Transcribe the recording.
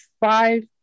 five